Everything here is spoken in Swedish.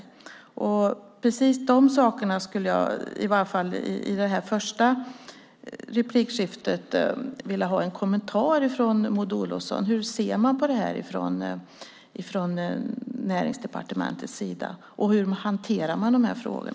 I detta första replikskifte skulle jag åtminstone vilja ha en kommentar från Maud Olofsson om hur man ser på detta på Näringsdepartementet och om hur man hanterar dessa frågor.